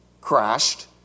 crashed